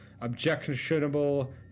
objectionable